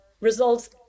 results